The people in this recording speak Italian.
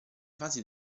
fasi